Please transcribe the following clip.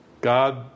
God